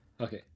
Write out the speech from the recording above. Okay